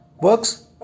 works